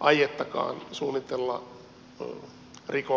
aiettakaan suunnitella rikoksia